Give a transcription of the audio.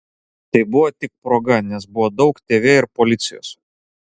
tai buvo tik proga nes buvo daug tv ir policijos